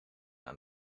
aan